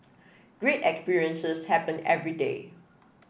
great experiences happen every day